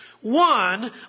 One